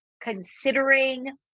considering